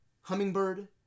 Hummingbird